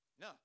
No